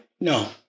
No